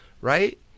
Right